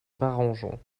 barangeon